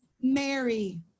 Mary